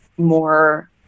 more